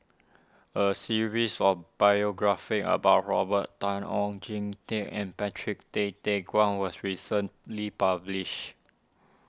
a series of biographies about Robert Tan Oon Jin Teik and Patrick Tay Teck Guan was recently published